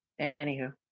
Anywho